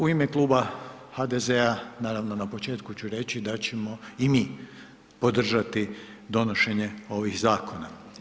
U ime Kluba HDZ-a, naravno na početku ću reći da ćemo i mi podržati donošenje ovih zakona.